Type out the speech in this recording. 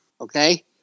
okay